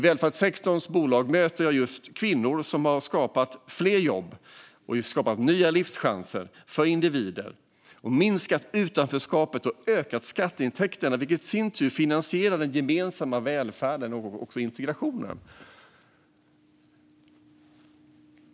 Där möter jag kvinnor som har skapat fler jobb och nya livschanser för individer, minskat utanförskapet och ökat skatteintäkterna, vilket i sin tur finansierar den gemensamma välfärden och även integrationen.